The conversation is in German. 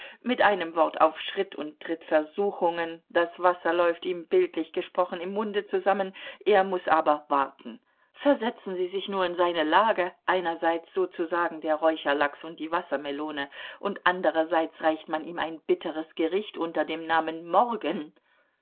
mit einem wort auf schritt und tritt versuchungen das wasser läuft ihm bildlich gesprochen im munde zusammen er muß aber warten versetzen sie sich nur in seine lage einerseits sozusagen der räucherlachs und die wassermelone und andererseits reicht man ihm ein bitteres gericht unter dem namen morgen